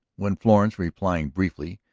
when florence, replying briefly,